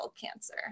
cancer